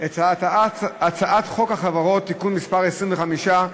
את הצעת חוק החברות (תיקון מס' 25),